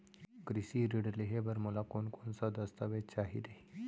कृषि ऋण लेहे बर मोला कोन कोन स दस्तावेज चाही रही?